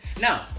Now